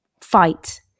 fight